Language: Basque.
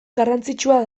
garrantzitsua